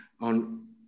on